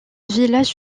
village